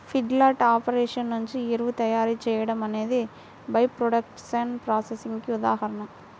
feedlot operation నుండి ఎరువు తయారీ చేయడం అనేది బై ప్రాడక్ట్స్ ప్రాసెసింగ్ కి ఉదాహరణ